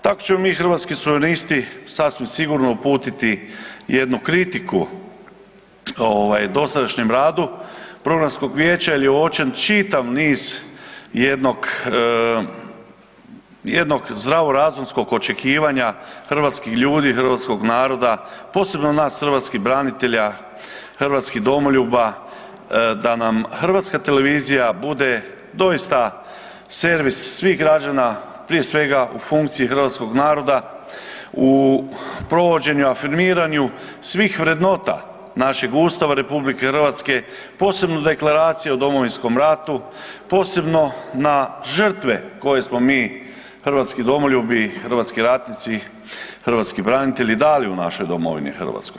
Tako ćemo i mi Hrvatski suverenisti sasvim sigurno uputiti jednu kritiku dosadašnjem radu Programskog vijeća jer je uočen čitav niz jednog zdravo razumskog očekivanja hrvatskih ljudi, hrvatskog naroda posebno nas hrvatskih branitelja, hrvatskih domoljuba da nam Hrvatska televizija bude doista servis svih građana prije svega u funkciji hrvatskog naroda, u provođenju, afirmiranju svih vrednota našeg Ustava RH posebno Deklaracije o Domovinskom ratu, posebno na žrtve koje smo mi hrvatski domoljubi, hrvatski ratnici, hrvatski branitelji dali u našoj domovini Hrvatskoj.